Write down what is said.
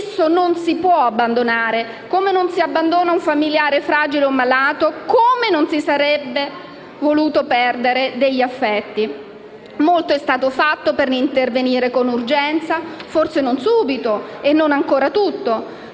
non si può abbandonare, come non si abbandona un familiare fragile o malato, come non si sarebbe voluto perdere degli affetti. Molto è stato fatto per intervenire con urgenza - forse non subito e non ancora tutto